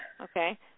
Okay